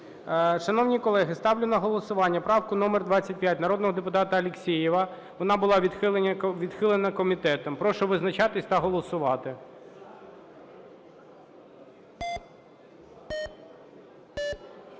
Шановні колеги, ставлю на голосування правку номер 25 народного депутата Алєксєєва, вона була відхилена комітетом. Прошу визначатись та голосувати.